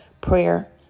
prayer